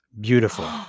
beautiful